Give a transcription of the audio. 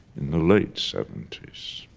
in the late seventy s.